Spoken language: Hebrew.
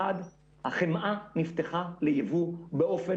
דבר אחד הוא שהחמאה נפתחה לייבוא באופן